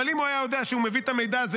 אבל אם הוא היה יודע שהוא מביא את המידע הזה